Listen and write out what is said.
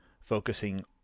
focusing